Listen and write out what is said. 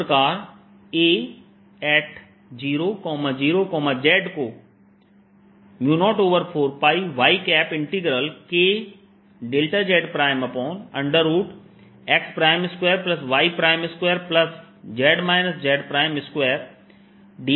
इस प्रकार A00z को 04πyKδzx2y2z z2dxdydz लिखा जा सकता है